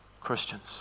Christians